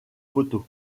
photos